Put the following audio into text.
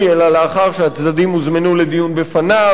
אלא לאחר שהצדדים הוזמנו לדיון בפניו,